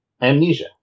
Amnesia